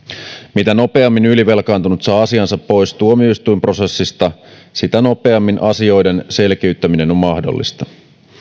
mitä nopeammin ylivelkaantunut saa asiansa pois tuomioistuinprosessista sitä nopeammin asioiden selkiyttäminen on mahdollista